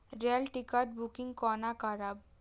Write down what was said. Rail ticket booking कोना करब?